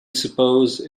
suppose